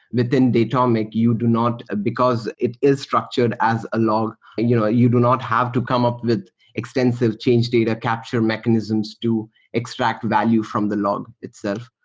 within datomic, you do not ah because it is structured as a log, you know you do not have to come up with extensive change data capture mechanisms to extract value from the log itself.